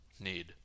need